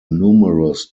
numerous